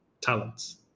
talents